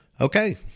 Okay